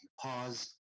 pause